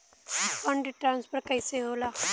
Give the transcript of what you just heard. Fund transfer कैसे होला?